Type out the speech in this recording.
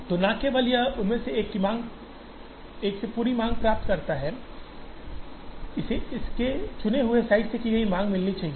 तो न केवल यह उनमें से एक से पूरी मांग प्राप्त करता है इसे इसके चुने हुए साइट से की गयी मांग मिलनी चाहिए